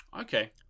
Okay